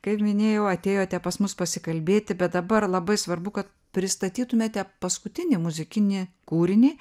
kaip minėjau atėjote pas mus pasikalbėti bet dabar labai svarbu kad pristatytumėte paskutinį muzikinį kūrinį